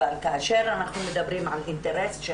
אבל כאשר אנחנו מדברים על אינטרס של